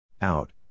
Out